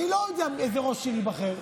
אני לא יודע איזה ראש עיר ייבחר.